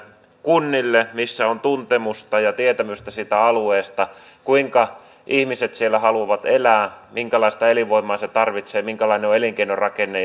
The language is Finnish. kunnille missä on tuntemusta ja tietämystä siitä alueesta kuinka ihmiset siellä haluavat elää minkälaista elinvoimaa se tarvitsee minkälainen on elinkeinorakenne